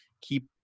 keep